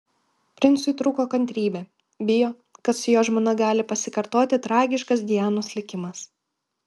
princui trūko kantrybė bijo kad su jo žmona gali pasikartoti tragiškas dianos likimas